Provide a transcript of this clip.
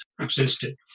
existed